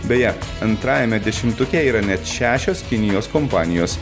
beje antrajame dešimtuke yra net šešios kinijos kompanijos